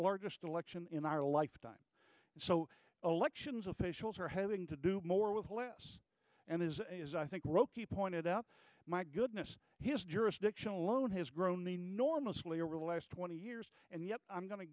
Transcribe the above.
largest election in our lifetime so elections officials are having to do more with less and is i think roky pointed out my goodness his jurisdiction alone has grown enormously over the last twenty years and yet i'm going to